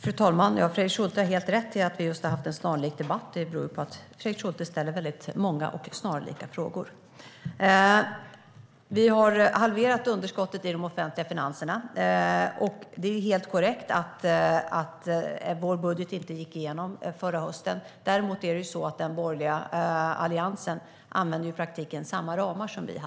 Fru talman! Fredrik Schulte har helt rätt i att vi just haft en snarlik debatt. Det beror på att Fredrik Schulte ställer väldigt många och snarlika frågor. Vi har halverat underskottet i de offentliga finanserna. Det är helt korrekt att vår budget inte gick igenom förra hösten. Däremot använde den borgerliga Alliansen i praktiken samma ramar som vi.